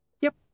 Yep